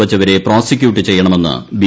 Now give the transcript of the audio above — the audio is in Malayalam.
വച്ചവരെ പ്രോസിക്യൂട്ട് ചെയ്യണമെന്ന് ബി